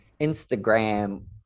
instagram